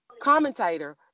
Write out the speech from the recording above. commentator